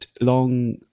long